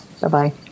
Bye-bye